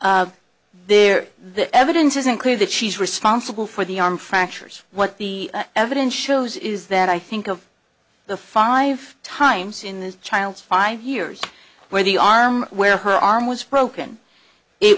records there the evidence isn't clear that she's responsible for the arm fractures what the evidence shows is that i think of the five times in the child's five years where the arm where her arm was broken it